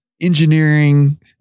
engineering